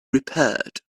repaired